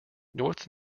north